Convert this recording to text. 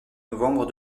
novembre